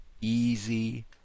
easy